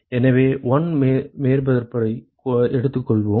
எனவே 1 மேற்பரப்பை எடுத்துக் கொள்வோம்